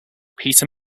peter